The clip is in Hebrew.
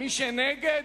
מי שנגד,